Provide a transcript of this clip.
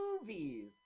movies